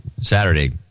Saturday